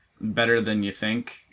better-than-you-think